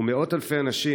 ומאות אלפי אנשים,